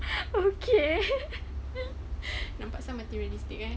okay nampak some materialistic eh